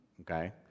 okay